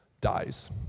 dies